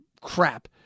crap